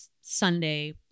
Sunday